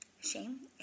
shame